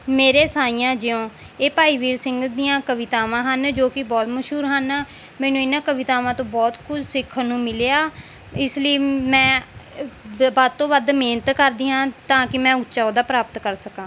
ਮੇਰੇ ਸਾਈਆਂ ਜਿਉਂ ਇਹ ਭਾਈ ਵੀਰ ਸਿੰਘ ਦੀਆਂ ਕਵਿਤਾਵਾਂ ਹਨ ਜੋ ਕਿ ਬਹੁਤ ਮਸ਼ਹੂਰ ਹਨ ਮੈਨੂੰ ਇਹਨਾਂ ਕਵਿਤਾਵਾਂ ਤੋਂ ਬਹੁਤ ਕੁਝ ਸਿੱਖਣ ਨੂੰ ਮਿਲਿਆ ਇਸ ਲਈ ਮੈਂ ਵੱਧ ਤੋਂ ਵੱਧ ਮਿਹਨਤ ਕਰਦੀ ਹਾਂ ਤਾਂ ਕਿ ਮੈਂ ਉੱਚਾ ਅਹੁਦਾ ਪ੍ਰਾਪਤ ਕਰ ਸਕਾਂ